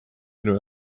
minu